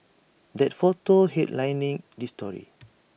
that photo headlining this story